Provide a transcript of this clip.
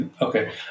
Okay